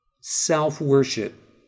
self-worship